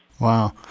Wow